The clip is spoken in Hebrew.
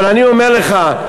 אבל אני אומר לך,